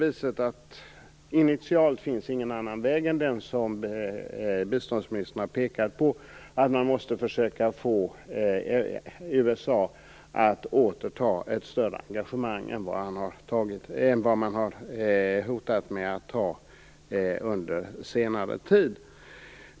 Initialt finns ingen annan väg än den som biståndsministern har pekat på. Man måste försöka få USA att ta ett större engagemang än vad det har hotat med att ta under senare tid.